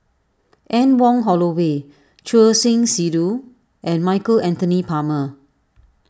Anne Wong Holloway Choor Singh Sidhu and Michael Anthony Palmer